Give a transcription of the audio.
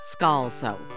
Scalzo